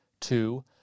two